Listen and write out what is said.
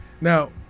Now